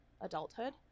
adulthood